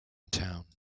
town